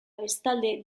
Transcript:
bestalde